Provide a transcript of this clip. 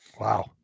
Wow